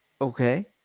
Okay